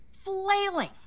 flailing